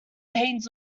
veins